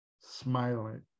smiling